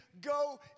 go